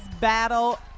battle